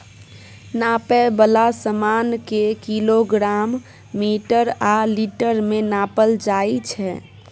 नापै बला समान केँ किलोग्राम, मीटर आ लीटर मे नापल जाइ छै